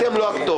אתם לא הכתובת.